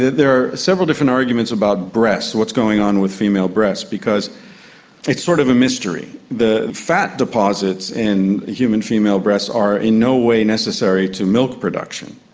there are several different arguments about breasts, what's going on with female breasts, because it's sort of a mystery. the fat deposits in human female breasts are in no way necessary to milk production.